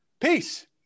Peace